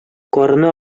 карыны